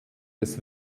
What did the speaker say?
des